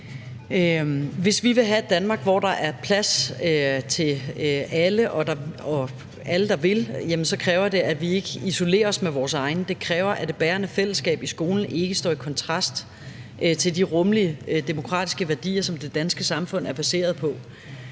Hvis vi vil have et Danmark, hvor der er plads til alle – og alle, der vil – jamen så kræver det, at vi ikke isolerer os med vores egne. Det kræver, at det bærende fællesskab i skolen ikke står i kontrast til de rummelige demokratiske værdier, som det danske samfund er baseret på.